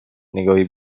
نگاهی